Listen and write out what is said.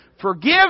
forgive